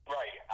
Right